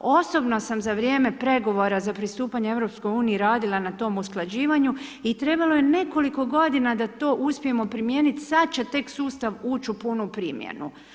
Osobno sam za vrijeme pregovora za pristupanje EU radila na tom usklađivanju i trebalo je nekoliko godina da to uspijemo primijeniti, sada će tek sustav ući u punu primjenu.